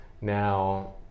now